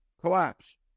collapse